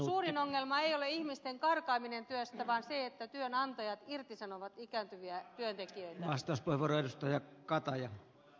suurin ongelma ei ole ihmisten karkaaminen työstä vaan se että työnantajat irtisanovat ikääntyviä työntekijöitä